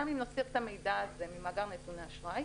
גם אם נסיר את המידע הזה ממאגר נתוני אשראי,